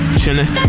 chilling